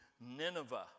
Nineveh